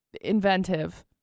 inventive